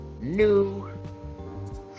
new